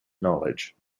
knowledge